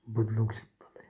बदलूंक शकतले